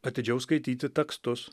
atidžiau skaityti tekstus